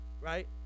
right